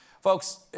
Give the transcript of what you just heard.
folks